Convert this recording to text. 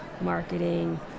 marketing